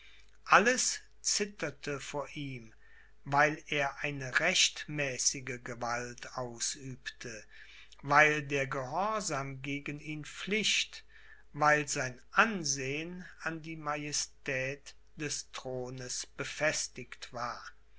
alles zitterte vor ihm weil er eine rechtmäßige gewalt ausübte weil der gehorsam gegen ihn pflicht weil sein ansehen an die majestät des thrones befestigt war